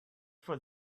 for